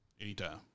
Anytime